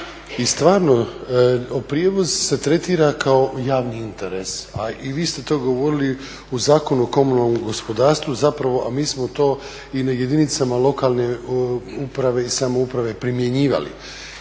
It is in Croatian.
stvarno, prijevoz se tretira kao javni interes, a i vi ste to govorili u Zakonu o komunalnom gospodarstvu zapravo, a mi smo to i na jedinicama lokalne uprave i samouprave primjenjivali.